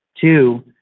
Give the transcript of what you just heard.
Two